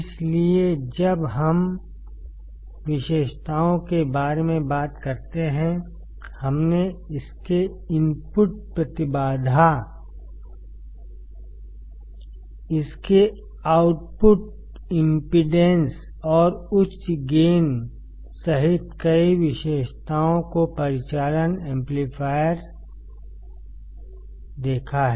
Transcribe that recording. इसलिए जब हम विशेषताओं के बारे में बात करते हैं हमने इसके इनपुट प्रतिबाधा इसके आउटपुट इम्पीडेन्स और उच्च गेन सहित कई विशेषताओं को परिचालन एम्पलीफायर देखा है